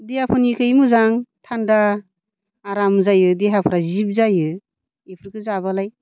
देहाफोरनिखै मोजां थान्दा आराम जायो देहाफ्रा जिब जायो बेफोरखौ जाबालाय